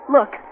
Look